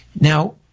Now